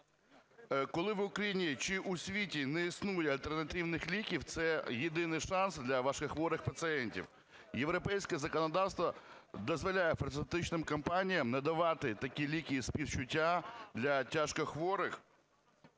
Коли в Україні чи у світі не існує альтернативних ліків, це єдиний шанс для важкохворих пацієнтів. Європейське законодавство дозволяє фармацевтичним компаніям надавати такі ліки із співчуття для тяжкохворих,